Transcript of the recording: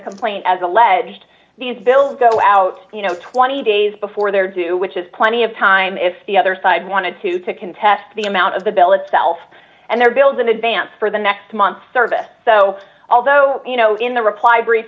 complaint as alleged these bills go out twenty days before their due which is plenty of time if the other side wanted to to contest the amount of the bill itself and their bills in advance for the next month service so although you know in the reply brief